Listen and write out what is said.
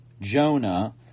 Jonah